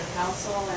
council